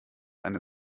eine